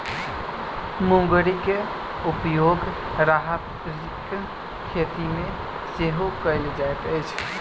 मुंगरीक उपयोग राहरिक खेती मे सेहो कयल जाइत अछि